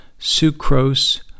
sucrose